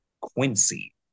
Quincy